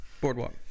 boardwalk